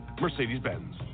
Mercedes-Benz